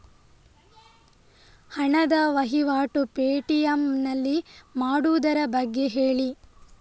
ಹಣದ ವಹಿವಾಟು ಪೇ.ಟಿ.ಎಂ ನಲ್ಲಿ ಮಾಡುವುದರ ಬಗ್ಗೆ ಹೇಳಿ